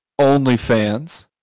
OnlyFans